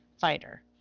fighter